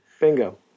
Bingo